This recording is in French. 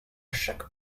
chaque